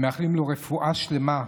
ומאחלים לו רפואה שלמה.